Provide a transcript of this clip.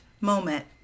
moment